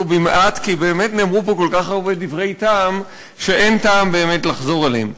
במעט כי באמת נאמרו פה כל כך הרבה דברי טעם שאין טעם באמת לחזור עליהם.